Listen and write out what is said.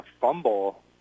fumble